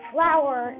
Flower